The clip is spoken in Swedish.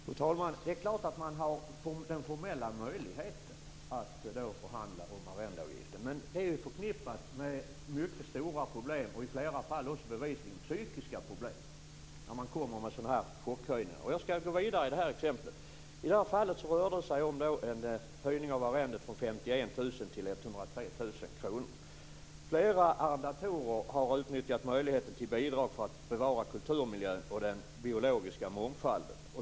Herr talman! Det är klart att man har den formella möjligheten att förhandla om arrendeavgiften, men det är förknippat med mycket stora problem och i flera fall bevisligen också psykiska problem när det kommer sådana här chockhöjningar. Jag skall gå vidare med mitt exempel. Det rörde sig i detta fall om en höjning av arrendet från 51 000 kr till 103 000 kr. Flera arrendatorer har utnyttjat möjligheten till bidrag för att bevara kulturmiljön och den biologiska mångfalden.